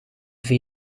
vld